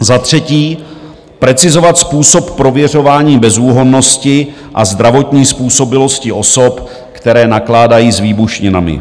Za třetí, precizovat způsob prověřování bezúhonnosti a zdravotní způsobilosti osob, které nakládají s výbušninami.